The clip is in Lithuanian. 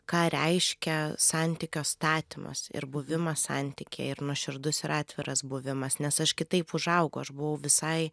ką reiškia santykio statymas ir buvimas santykyje ir nuoširdus ir atviras buvimas nes aš kitaip užaugau aš buvau visai